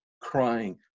crying